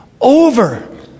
over